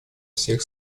всех